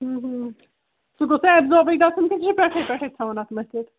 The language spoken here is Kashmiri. سُہ گوٚژھ نا ایبزابٕے گَژھُن کِنہٕ سُہ چھُ پٮ۪ٹھَے پٮ۪ٹھَے تھاوُن اَتھ مٔتِتھ